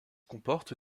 comporte